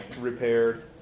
repaired